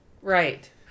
Right